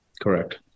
Correct